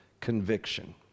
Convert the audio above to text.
conviction